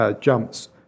jumps